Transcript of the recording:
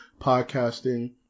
podcasting